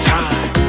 time